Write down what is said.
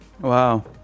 wow